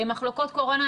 מחלקות קורונה,